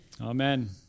Amen